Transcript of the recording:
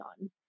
on